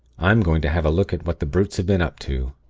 i'm going to have a look at what the brutes have been up to.